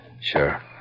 Sure